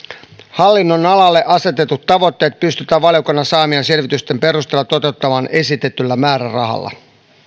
hallinnonalalle asetetut tavoitteet pystytään valiokunnan saamien selvitysten perusteella toteuttamaan esitetyllä määrärahalla